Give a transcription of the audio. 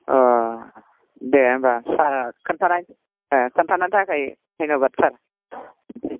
अ दे होनबा सारआ खोन्थानायनि थाखाय धन्यबाद सार